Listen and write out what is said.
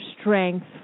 strength